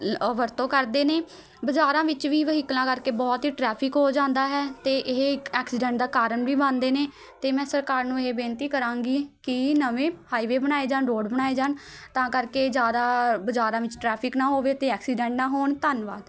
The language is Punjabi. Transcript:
ਵਰਤੋਂ ਕਰਦੇ ਨੇ ਬਜ਼ਾਰਾਂ ਵਿੱਚ ਵੀ ਵਹੀਕਲਾਂ ਕਰਕੇ ਬਹੁਤ ਹੀ ਟਰੈਫਿਕ ਹੋ ਜਾਂਦਾ ਹੈ ਅਤੇ ਇਹ ਇੱਕ ਐਕਸੀਡੈਂਟ ਦਾ ਕਾਰਨ ਵੀ ਬਣਦੇ ਨੇ ਅਤੇ ਮੈਂ ਸਰਕਾਰ ਨੂੰ ਇਹ ਬੇਨਤੀ ਕਰਾਂਗੀ ਕਿ ਨਵੇਂ ਹਾਈਵੇ ਬਣਾਏ ਜਾਣ ਰੋਡ ਬਣਾਏ ਜਾਣ ਤਾਂ ਕਰਕੇ ਜ਼ਿਆਦਾ ਬਜ਼ਾਰਾਂ ਵਿੱਚ ਟਰੈਫਿਕ ਨਾ ਹੋਵੇ ਅਤੇ ਐਕਸੀਡੈਂਟ ਨਾ ਹੋਣ ਧੰਨਵਾਦ